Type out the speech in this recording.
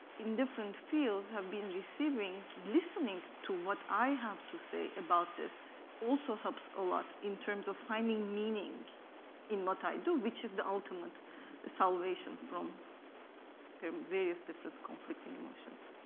in different fields have been receiving listening to what i have to say about this also helps a lot in terms of finding meaning in what i do, which is the ultimate salvation from from various different conflicting emotions.